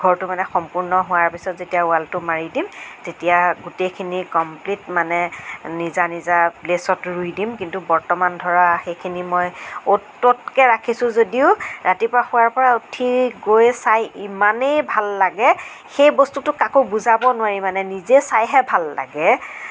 ঘৰটো মানে সম্পূৰ্ণ হোৱাৰ পাছত যেতিয়া ৱালটো মাৰি দিম তেতিয়া গোটেইখিনি কমপ্লিট মানে নিজা নিজা প্লেছত ৰুই দিম কিন্তু বৰ্তমান ধৰা এইখিনি মই অত ততকে ৰাখিছো যদিও ৰাতিপুৱা শুৱাৰ পৰা উঠি গৈ চাই ইমানেই ভাল লাগে সেই বস্তুটো কাকো বুজাব নোৱাৰি মানে নিজে চাইহে ভাল লাগে